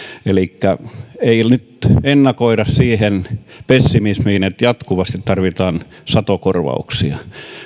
elikkä ei nyt ennakoida pessimistisesti että jatkuvasti tarvitaan satokorvauksia